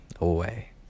away